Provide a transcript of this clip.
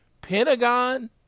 Pentagon